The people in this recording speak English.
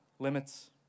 limits